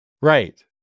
Right